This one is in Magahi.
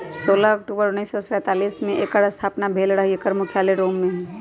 सोलह अक्टूबर उनइस सौ पैतालीस में एकर स्थापना भेल रहै एकर मुख्यालय रोम में हइ